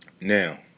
now